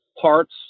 parts